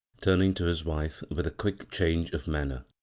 turning to his wife with a quick change of manner.